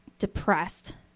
depressed